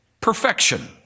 perfection